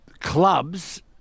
clubs